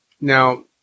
Now